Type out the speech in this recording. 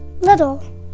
little